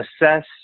assess